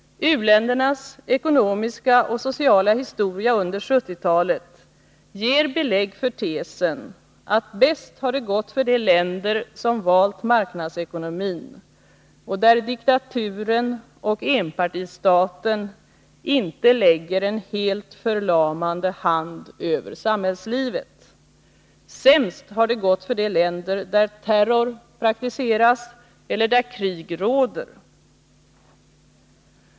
U-ländernas ekonomiska och sociala historia under 1970-talet ger belägg för tesen att det har gått bäst för de länder som valt marknadsekonomin och de länder där diktaturen och enpartistaten inte lägger en helt förlamande hand över samhällslivet. Sämst har det gått för de länder där terror praktiseras eller där krig råder.